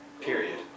Period